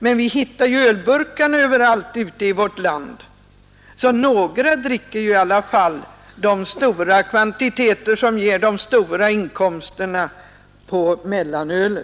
Men vi hittar ju ölburkarna överallt ute i vårt land, så några dricker i alla fall de stora kvantiteter som ger de stora inkomsterna på mellanölet.